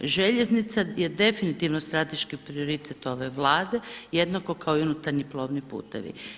Željeznica je definitivno strateški prioritet ove Vlade jednako kao i unutarnji plovni putevi.